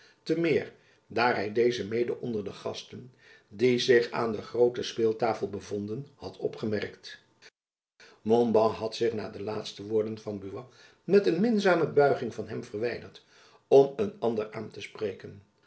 te meer daar hy dezen mede onder de gasten die zich aan de groote speeltafel bevonden had opgemerkt montbas had zich na de laatste woorden van buat met een minzame buiging van hem verwijderd om een ander aan te spreken